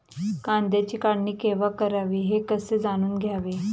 कांद्याची काढणी केव्हा करावी हे कसे जाणून घ्यावे?